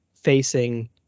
facing